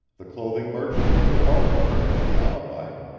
the clothing merchant and the barber furnish the alibi.